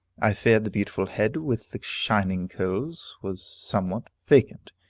i feared the beautiful head with the shining curls was somewhat vacant.